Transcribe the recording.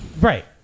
Right